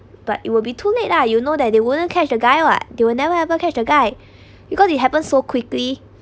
but it will be too late lah you know that they wouldn't catch the guy [what] do you'll never ever catch the guy because it happened so quickly